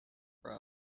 grow